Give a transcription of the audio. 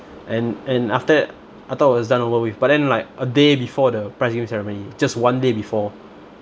and and after that I thought I was done over with but then like a day before the prize giving ceremony just one day before